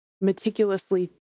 meticulously